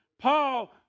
Paul